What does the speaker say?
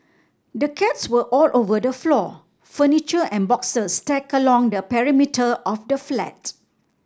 the cats were all over the floor furniture and boxes stacked along the perimeter of the flat